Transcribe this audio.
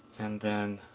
and then